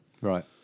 Right